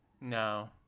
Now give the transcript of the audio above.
No